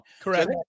Correct